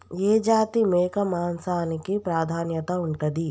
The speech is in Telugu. ఏ జాతి మేక మాంసానికి ప్రాధాన్యత ఉంటది?